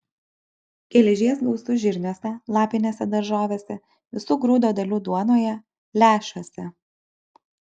geležies gausu žirniuose lapinėse daržovėse visų grūdo dalių duonoje lęšiuose